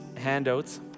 handouts